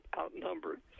outnumbered